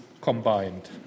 combined